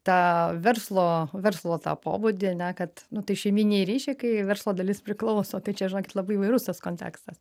tą verslo verslo tą pobūdį ane kad nu tai šeiminiai ryšiai kai verslo dalis priklauso tai čia žinokit labai įvairus tas kontekstas